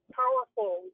powerful